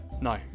No